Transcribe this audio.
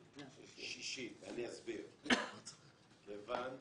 כיוון שאנחנו נמצאים בעיצומה של ההכנה לשנה הבאה.